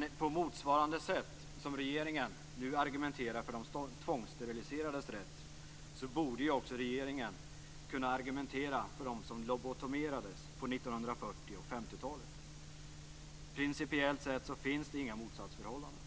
000 kr. På motsvarande sätt som regeringen nu argumenterar för de tvångssteriliserades rätt borde regeringen också kunna argumentera för dem som lobotomerades på 1940 och 1950-talen. Principiellt sett finns det inga motsatsförhållanden.